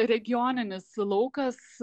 regioninis laukas